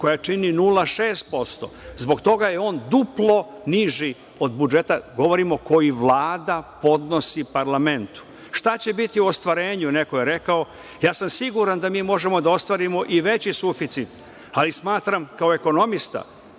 koja čini 0,6%. Zbog toga je on duplo niži od budžeta, govorimo koji Vlada podnosi parlamentu. Neko je rekao - šta će biti u ostvarenju? Ja sam siguran da mi možemo da ostvarimo i veći suficit, ali smatram kao ekonomista